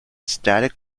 static